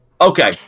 Okay